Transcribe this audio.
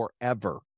forever